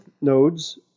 nodes